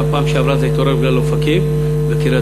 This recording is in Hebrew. גם בפעם שעברה זה התעורר בגלל אופקים וקריית-גת.